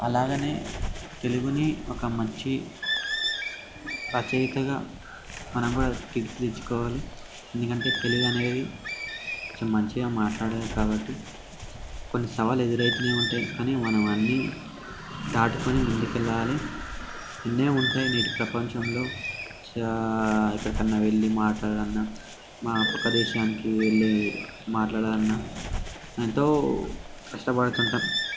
అలాగనే తెలుగుని ఒక మంచి రచయితగా మనం కూడా తీర్చిదిద్దుకోవాలి ఎందుకంటే తెలుగు అనేది చాలా మంచిగా మాట్లాడేది కాబట్టి కొన్ని సవాలు ఎదురవుతూనే ఉంటాయి కానీ మనం అన్నీ దాటుకొని ముందుకెళ్ళాలి ఈడనే ఉంటే నేటి ప్రపంచంలో ఎక్కడికైనా వెళ్ళి మాట్లాడు అన్న మా ప్రక్క దేశానికి వెళ్ళి మాట్లాడాలన్నా ఎంతో కష్టపడుతుంటాము